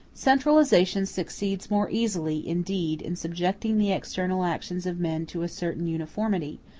centralization succeeds more easily, indeed, in subjecting the external actions of men to a certain uniformity,